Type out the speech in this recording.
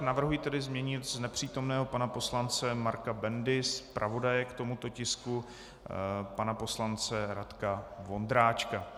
Navrhuji tedy změnit z nepřítomného pana poslance Marka Bendy zpravodaje k tomuto tisku pana poslance Radka Vondráčka.